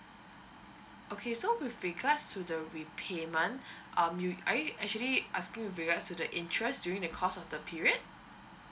okay so with regards to the repayment um you are you actually asking with regards to the interest during the course of the period